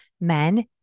men